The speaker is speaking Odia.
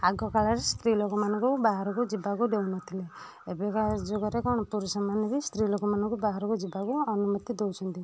ଆଗକାଳରେ ସ୍ତ୍ରୀ ଲୋକମାନଙ୍କୁ ବାହାରକୁ ଯିବାକୁ ଦେଉନଥିଲେ ଏବେକା ଯୁଗରେ କ'ଣ ପୁରୁଷମାନେ ବି ସ୍ତ୍ରୀ ଲୋକମାନଙ୍କୁ ବାହାରକୁ ଯିବାକୁ ଅନୁମତି ଦେଉଛନ୍ତି